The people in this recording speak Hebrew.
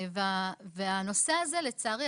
הנושא הזה לצערי,